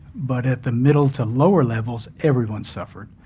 but at the middle to lower levels everyone suffered.